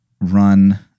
run